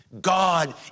God